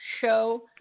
Show